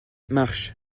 marche